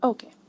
Okay